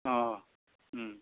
अह ओम